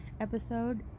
episode